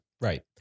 Right